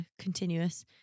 continuous